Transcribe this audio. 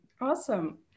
awesome